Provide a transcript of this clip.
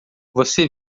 você